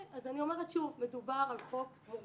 כן, אז אני אומרת שוב, מדובר על חוק מורכב.